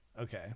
Okay